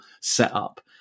setup